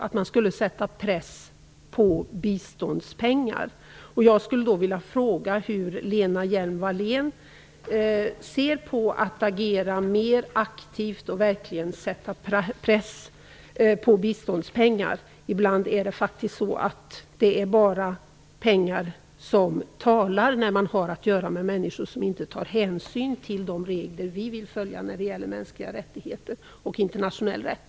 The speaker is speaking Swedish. Det skall sättas en press på biståndspengar. Jag undrar hur Lena Hjelm-Wallén ser på frågan att agera mer aktivt och att sätta press på biståndspengar. Ibland är det bara pengar som talar, när man har att göra med människor som inte tar hänsyn till de regler vi vill följa i fråga om mänskliga rättigheter och internationell rätt.